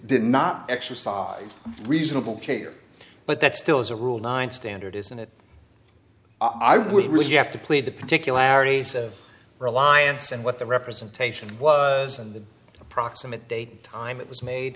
did not exercise reasonable care but that still as a rule nine standard isn't it i would really have to plead the particularities of reliance and what the representation was and the approximate date time it was made